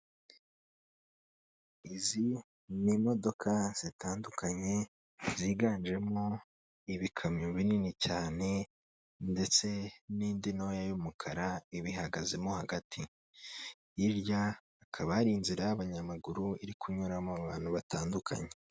Izi ni imodoka zitandukanye, ziganjemo ibikamyo binini cyane, ndetse n'indi ntoya y'umukara ibihagazemo hagati. Hirya akaba ari inzira y'abanyamaguru, iri kunyuramo abantu batandukanye.